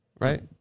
Right